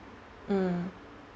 mm